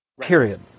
period